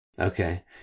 Okay